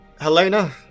Helena